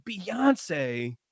Beyonce